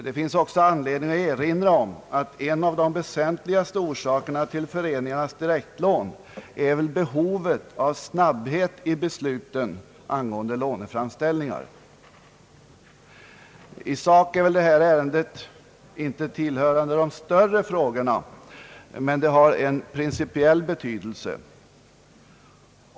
Det finns också anledning att erinra om att en av de väsentligaste orsakerna till föreningarnas direktlån är behovet av snabbhet vid besluten angående låneframställningarna. I sak tillhör väl detta ärende inte de större frågorna, men det har en principiell betydelse.